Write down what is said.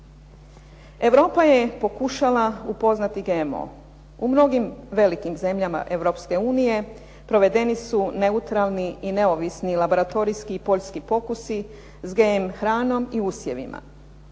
Europa je pokušala upoznati GMO. U mnogim velikim zemljama EU provedeni su neutralni i neovisni laboratorijski i poljski pokusi s GM hranom i usjevima.